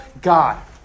God